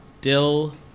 Dill